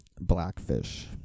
Blackfish